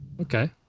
Okay